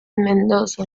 mendoza